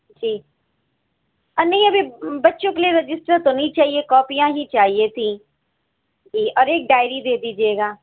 جی ارے نہیں ابھی بچوں کے لیے رجسٹر تو نہیں چاہیے کاپیاں ہی چاہیے تھیں جی اور ایک ڈائری دے دیجیے گا